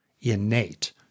innate